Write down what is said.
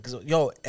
Yo